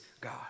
God